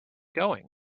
going